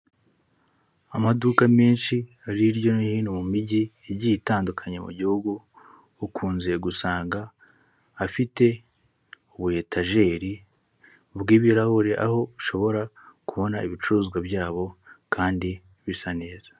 Amaduka menshi hirya no hino mu mijyi igiye itandukanye mu gihugu, ukunze gusanga afite ubu etajeri bw'ibirahure, aho ushobora kubona ibicuruzwa byabo kandi bisa neza.